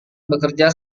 bekerja